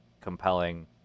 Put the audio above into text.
compelling